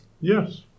Yes